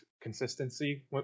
consistency